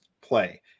play